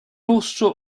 rosso